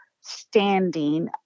standing